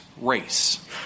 race